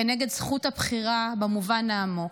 כנגד זכות הבחירה במובן העמוק.